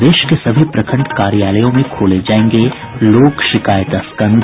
प्रदेश के सभी प्रखंड कार्यालयों में खोले जायेंगे लोक शिकायत स्कंध